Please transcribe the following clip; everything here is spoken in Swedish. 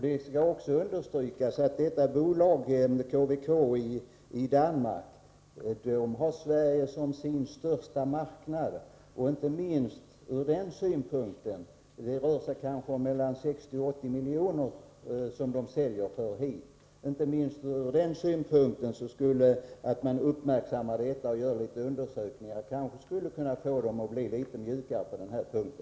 Det skall också understrykas att bolaget i Danmark, KVK, har Sverige som sin största marknad — man säljer till Sverige för mellan 60 och 80 miljoner. Inte minst ur den synpunkten borde man uppmärksamma detta och göra undersökningar. Det kanske skulle få bolaget att bli litet mjukare.